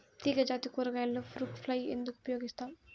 తీగజాతి కూరగాయలలో fruit fly ఎందుకు ఉపయోగిస్తాము?